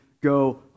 go